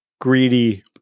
greedy